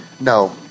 No